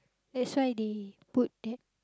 that's why they put that